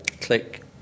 click